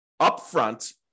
upfront